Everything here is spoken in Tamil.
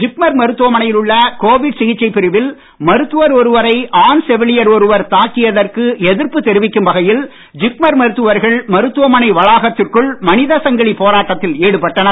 ஜிப்மர் மருத்துவமனையில் உள்ள கோவிட் சிகிச்சை பிரிவில் மருத்துவர் ஒருவரை ஆண் செவிலியர் ஒருவர் தாக்கியதற்கு எதிர்ப்பு தெரிவிக்கும் வகையில் ஜிப்மர் மருத்துவர்கள் மருத்துவமனை வளாகத்திற்குள் மனித சங்கிலி போராட்டத்தில் ஈடுபட்டனர்